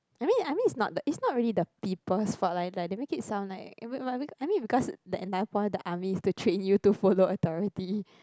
I mean I mean it's not it's not really the people's fault like like they make it sound like I mean because the entire point the army is to train you to follow authority